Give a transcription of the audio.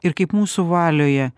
ir kaip mūsų valioje